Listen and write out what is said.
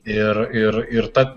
ir ir ir ta